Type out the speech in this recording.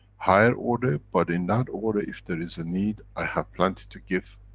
higher order, but in that order if there is a need, i have planted to give.